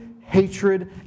hatred